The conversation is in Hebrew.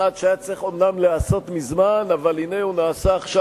צעד שאומנם היה צריך להיעשות מזמן,